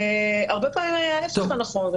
הרבה פעמים ההיפך הוא הנכון,